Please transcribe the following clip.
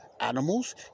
animals